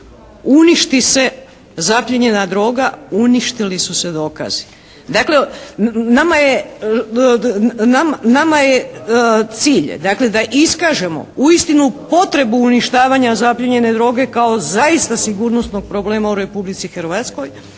uništi se zaplijenjena droga uništili su se dokazi. Dakle, nama je cilj dakle da iskažemo uistinu potrebu uništavanja zaplijenjene droge kao zaista sigurnosnog problema u Republici Hrvatskoj